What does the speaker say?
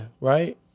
Right